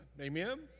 amen